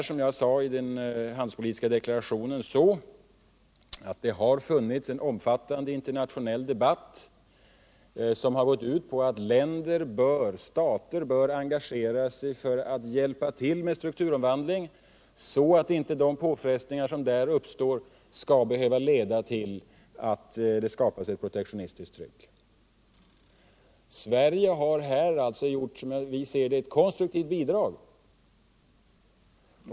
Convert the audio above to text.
Som jag sade i den handelspolitiska deklarationen har det förekommit en omfattande internationell debatt som har gått ut på att stater bör engagera sig för att hjälpa till med strukturomvandling så att inte de påfrestningar som därvid uppstår skall behöva leda till att det skapas ett protektionistiskt tryck. Sverige har här alltså givit, som vi ser det, ett konstruktivt bidrag.